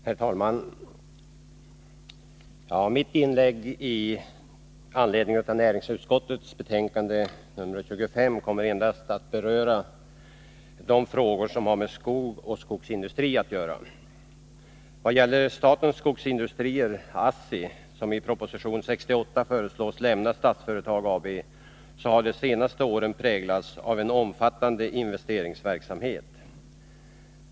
Herr talman! Mitt inlägg i anledning av näringsutskottets betänkande 1982 83:68 föreslås lämna Statsföretag AB, så har de senaste åren präglats av en omfattande investeringsverksamhet.